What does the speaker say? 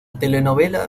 telenovela